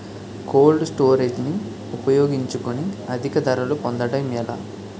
Cold storage ని ఉపయోగించుకొని అధిక ధరలు పొందడం ఎలా?